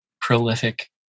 prolific